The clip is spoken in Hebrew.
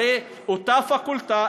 הרי אותה פקולטה,